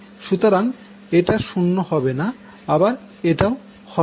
সুতরাং এটা 0 হবে না আবার এটাও হবে না